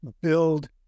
build